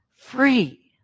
Free